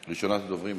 ראשונת הדוברים,